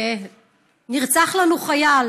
נרצח לנו חייל